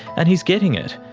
and he's getting it,